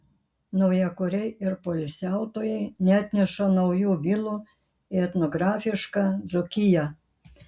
naujakuriai ir poilsiautojai neatneša naujų vilų į etnografišką dzūkiją